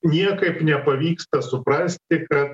niekaip nepavyksta suprasti kad